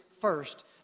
first